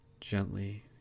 gently